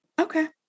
Okay